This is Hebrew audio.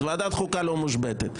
כך שוועדת החוקה לא מושבתת.